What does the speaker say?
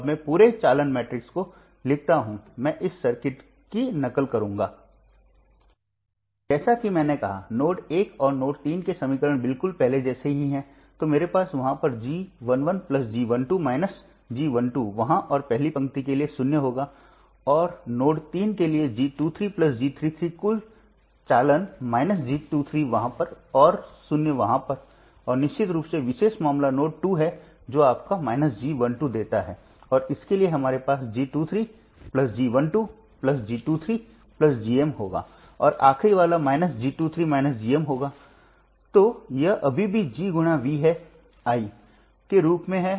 तो फिर से हमें एक G मैट्रिक्स मिलता है जो असममित है मेरा मतलब है कि इन दोनों मामलों में जब हमारे पास वर्तमान नियंत्रित वोल्टेज स्रोत या वर्तमान नियंत्रित वर्तमान स्रोत था तो हम मानते हैं कि नियंत्रण प्रवाह एक प्रतिरोधी के माध्यम से बह रहा है